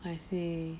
I see